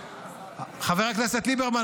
חבר הכנסת ליברמן,